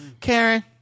Karen